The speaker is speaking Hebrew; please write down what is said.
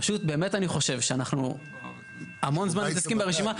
פשוט באמת אני חושב שאנחנו המון זמן מתעסקים ברשימה.